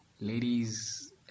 ladies